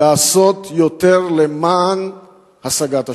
לעשות יותר למען השגת השלום.